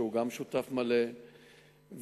שגם הוא שותף מלא,